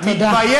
תודה.